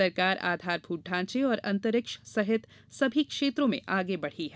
सरकार आधारभूत ढ़ांचे और अंतरिक्ष सहित सभी क्षेत्रों में आगे बढ़ी है